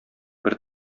бер